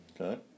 Okay